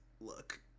look